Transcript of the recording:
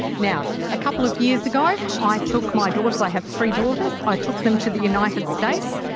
now, a couple of years ago i i took my daughters, i have three daughters, i took them to the united states,